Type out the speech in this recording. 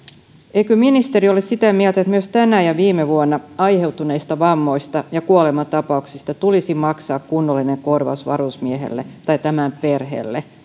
eikö ministeri ole sitä mieltä että myös tänä ja viime vuonna aiheutuneista vammoista ja kuolemantapauksista tulisi maksaa kunnollinen korvaus varusmiehelle tai tämän perheelle